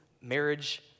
marriage